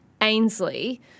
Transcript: Ainsley